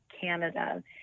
canada